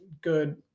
good